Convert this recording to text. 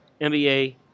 NBA